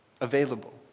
available